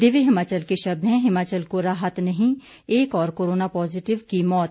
दिव्य हिमाचल के शब्द हैं हिमाचल को राहत नहीं एक और कोरोना पॉजिटिव की मौत